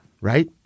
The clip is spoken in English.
Right